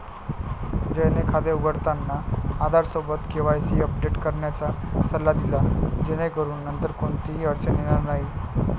जयने खाते उघडताना आधारसोबत केवायसी अपडेट करण्याचा सल्ला दिला जेणेकरून नंतर कोणतीही अडचण येणार नाही